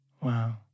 Wow